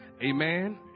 Amen